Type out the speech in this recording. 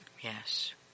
Yes